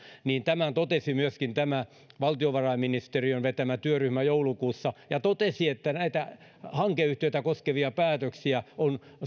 niin tämän totesi myöskin tämä valtiovarainministeriön vetämä työryhmä joulukuussa ja se totesi myös että näitä hankeyhtiöitä koskevia päätöksiä on